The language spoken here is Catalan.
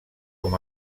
com